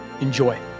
Enjoy